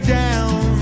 down